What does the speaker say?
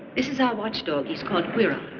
this is our watchdog. he's called guiron,